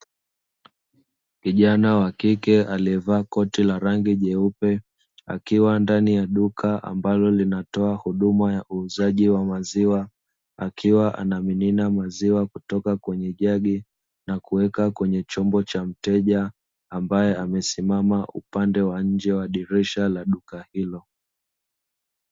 Kijana wa kike aliyevaa koti la rangi jeupe akiwa ndani ya duka linalo toa huduma ya uuzwaji maziwa. Akiwa ana mimina maziwa kutoka kwenye jagi na kuweka kwenye chombo cha mteja ambae amesimama upande wa njee wa dirisha la duka hilo.